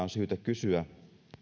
syytä kysyä